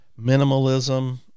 Minimalism